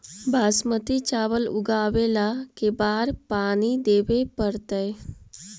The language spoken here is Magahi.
बासमती चावल उगावेला के बार पानी देवे पड़तै?